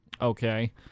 Okay